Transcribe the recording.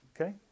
Okay